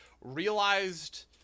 realized